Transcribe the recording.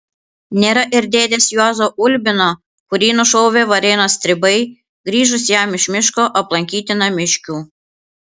nėra ir dėdės juozo ulbino kurį nušovė varėnos stribai grįžus jam iš miško aplankyti namiškių